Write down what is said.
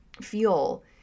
feel